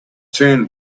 turn